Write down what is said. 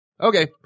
Okay